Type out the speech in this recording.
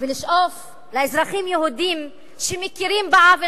לשאוף לאזרחים יהודים שמכירים בעוול